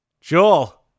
Joel